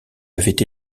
avait